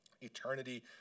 Eternity